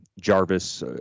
Jarvis